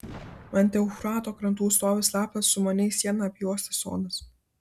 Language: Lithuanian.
ant eufrato krantų stovi slaptas sumaniai siena apjuostas sodas